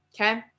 okay